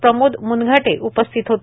प्रमोद म्नघाटे उपस्थित होते